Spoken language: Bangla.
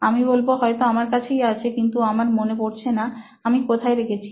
আমি বলব হয়তো আমার কাছেই আছে কিন্তু আমার মনে পড়ছে না আমি কোথায় রেখেছি